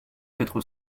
quatre